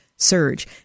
Surge